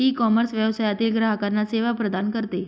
ecommerce व्यवसायातील ग्राहकांना सेवा प्रदान करते